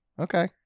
Okay